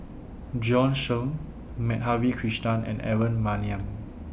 Bjorn Shen Madhavi Krishnan and Aaron Maniam